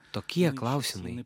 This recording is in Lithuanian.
tokie klausimai